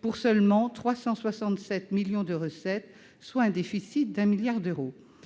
pour seulement 367 millions d'euros de recettes, soit un déficit de 1 milliard d'euros.